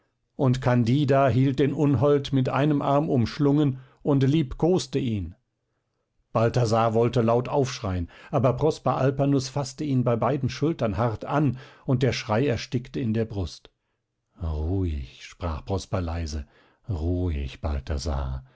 und candida hielt den unhold mit einem arm umschlungen und liebkoste ihn balthasar wollte laut aufschreien aber prosper alpanus faßte ihn bei beiden schultern hart an und der schrei erstickte in der brust ruhig sprach prosper leise ruhig balthasar